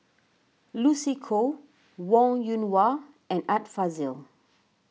Lucy Koh Wong Yoon Wah and Art Fazil